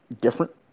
different